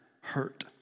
hurt